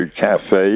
Cafe